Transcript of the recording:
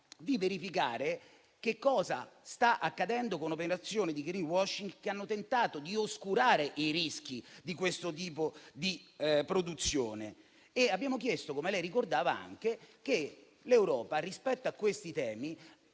di verificare cioè che cosa sta accadendo con operazioni di *greenwashing* che hanno tentato di oscurare i rischi di questo tipo di produzione. Abbiamo altresì chiesto - come lei ricordava - che l'Europa apra rispetto a questi temi